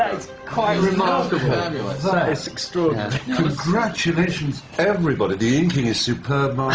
quite remarkable. that um you know ah is extraordinary. congratulations, everybody. the inking is superb, martin.